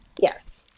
Yes